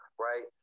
Right